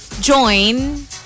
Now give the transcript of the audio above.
join